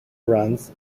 runs